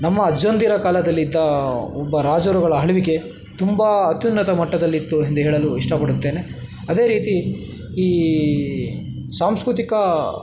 ನಮ್ಮ ಅಜ್ಜಂದಿರ ಕಾಲದಲ್ಲಿದ್ದ ಒಬ್ಬ ರಾಜರುಗಳ ಆಳ್ವಿಕೆ ತುಂಬ ಅತ್ಯುನ್ನತ ಮಟ್ಟದಲ್ಲಿತ್ತು ಎಂದು ಹೇಳಲು ಇಷ್ಟ ಪಡುತ್ತೇನೆ ಅದೇ ರೀತಿ ಈ ಸಾಂಸ್ಕೃತಿಕ